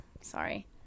sorry